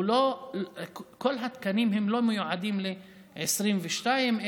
לא כל התקנים מיועדים ל-2022,